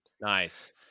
Nice